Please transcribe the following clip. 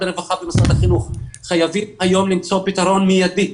הרווחה ומשרד החינוך חייבים היום למצוא פתרון מיידי